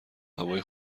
هوای